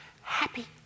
happy